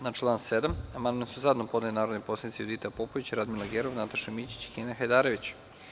Na član 7. amandman su zajedno podneli narodni poslanici Judita Popović, Radmila Gerov, Nataša Mićić i Kenan Hajdarević.